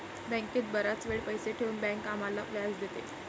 बँकेत बराच वेळ पैसे ठेवून बँक आम्हाला व्याज देते